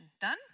Done